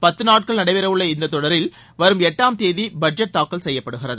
பத்து நாட்கள் நடைபெறவுள்ள இந்த கூட்டத் தொடரில் வரும் எட்டாம் தேதி பட்ஜெட் தாக்கல் செய்யப்படுகிறது